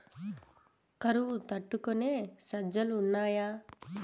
కరువు తట్టుకునే సజ్జలు ఉన్నాయా